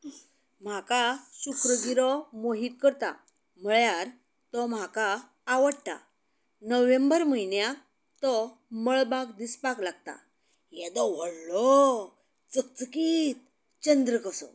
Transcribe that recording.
म्हाका शुक्र गिरो मोहीत करतां म्हणल्यार तो म्हाका आवडटां नोव्हेंबर म्हयन्याक तो मळबाक दिसपाक लागता येदो व्हडलो चकचकीत चंद्र कसो